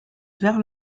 vers